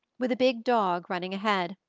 with a big dog running ahead.